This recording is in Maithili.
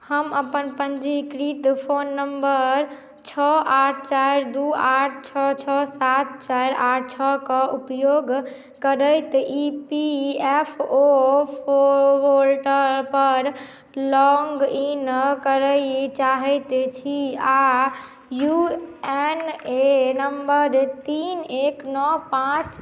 हम अपन पंजीकृत फोन नंबर छओ आठ चारि दू आठ छओ छओ सात चारि आठ छओ कऽ उपयोग करैत E P F O portal पर लॉग इन करय चाहैत छी आ यू एन ए नंबर तीन एक नओ पांच